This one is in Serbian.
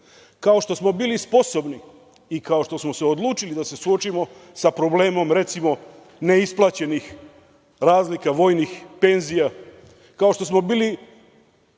kao što smo bili sposobni i kao što smo se odlučili da se suočimo sa problemom, recimo, neisplaćenih razlika vojnih penzija, kao što smo bili